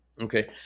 Okay